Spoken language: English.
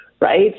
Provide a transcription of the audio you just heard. right